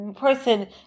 person